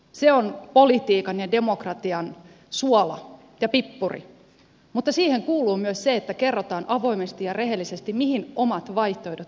se on politiikan ja demokratian suola ja pippuri mutta siihen kuuluu myös se että kerrotaan avoimesti ja rehellisesti mihin omat vaihtoehdot johtavat